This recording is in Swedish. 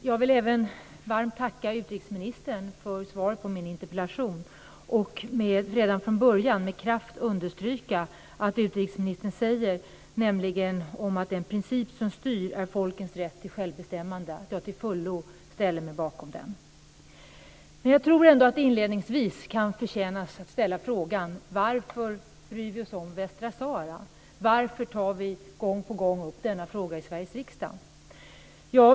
Fru talman! Jag vill varmt tacka utrikesministern för svaret på min interpellation. Redan från början vill jag med kraft understryka det som utrikesministern säger om att den princip som styr är folkens rätt till självbestämmande. Jag ställer mig till fullo bakom detta. Men jag tror ändå att man inledningsvis kan ställa frågan om varför vi bryr oss om Västsahara. Varför tar vi gång på gång upp denna fråga i Sveriges riksdag?